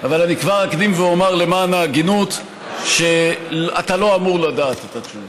אבל אני כבר אקדים ואומר למען ההגינות שאתה לא אמור לדעת את התשובה,